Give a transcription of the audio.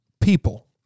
people